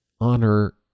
honor